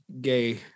gay